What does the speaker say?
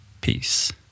Peace